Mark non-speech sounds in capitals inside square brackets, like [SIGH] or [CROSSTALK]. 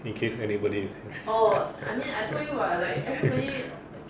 in case anybody is [LAUGHS]